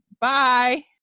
bye